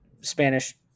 Spanish